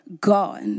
God